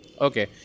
Okay